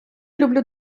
люблю